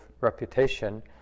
reputation